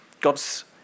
God's